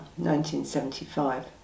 1975